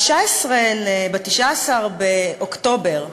ב-19 באוקטובר,